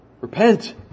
Repent